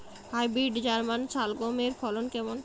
Hybrid German শালগম এর ফলন কেমন?